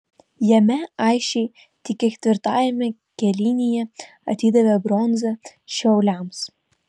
jame aisčiai tik ketvirtajame kėlinyje atidavė bronzą šiauliams